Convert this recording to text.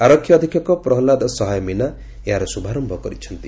ଆରକ୍ଷୀ ଅଧୀକ୍ଷକ ପ୍ରହଲ୍ଲାଦ ସହାୟ ମୀନା ଏହାର ଶୁଭାରମ୍ୟ କରିଛନ୍ତି